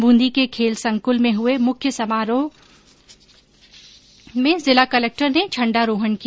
बूंदी के खेल संकुल में हुये मुख्य समारोह में जिला कलेक्टर ने झंण्डा रोहण किया